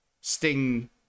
Sting